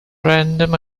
random